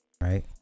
right